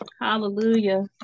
Hallelujah